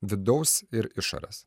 vidaus ir išorės